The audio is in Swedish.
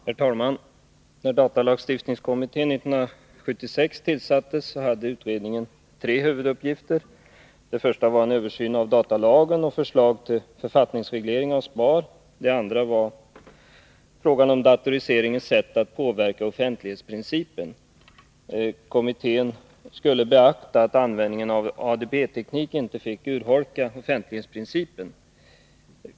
Herr talman! När datalagstiftningskommittén tillsattes 1976 hade utredningen tre huvuduppgifter. Den första var en översyn av datalagen och förslag till författningsreglering av SPAR. Den andra var frågan om datoriseringens sätt att påverka offentlighetsprincipen. Kommittén skulle beakta att användningen av ADB-teknik inte fick urholka offentlighetsprincipen.